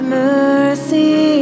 mercy